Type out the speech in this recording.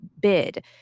Bid